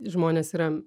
žmonės yra